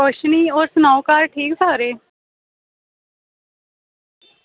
कुछ निं होर सनाओ घर ठीक सारे